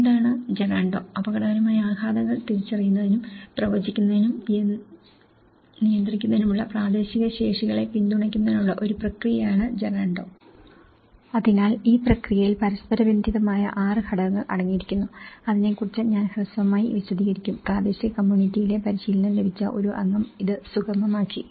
എന്താണ് ജെറാൻഡോ അപകടകരമായ ആഘാതങ്ങൾ തിരിച്ചറിയുന്നതിനും പ്രവചിക്കുന്നതിനും നിയന്ത്രിക്കുന്നതിനുമുള്ള പ്രാദേശിക ശേഷികളെ പിന്തുണയ്ക്കുന്നതിനുള്ള ഒരു പ്രക്രിയയാണ് ജെറാൻഡോ അതിനാൽ ഈ പ്രക്രിയയിൽ പരസ്പരബന്ധിതമായ 6 ഘട്ടങ്ങൾ അടങ്ങിയിരിക്കുന്നു അതിനെക്കുറിച്ച് ഞാൻ ഹ്രസ്വമായി വിശദീകരിക്കും പ്രാദേശിക കമ്മ്യൂണിറ്റിയിലെ പരിശീലനം ലഭിച്ച ഒരു അംഗം ഇത് സുഗമമാക്കി